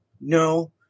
No